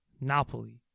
Napoli